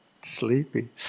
sleepy